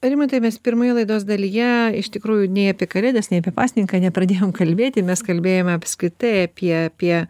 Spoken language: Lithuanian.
rimtai mes pirmoje laidos dalyje iš tikrųjų nei apie kalėdas nei apie pasninką nepradėjom kalbėti mes kalbėjome apskritai apie apie